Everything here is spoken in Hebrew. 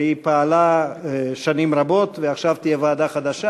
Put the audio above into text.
והיא פעלה שנים רבות, ועכשיו תהיה ועדה חדשה.